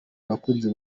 abakunzi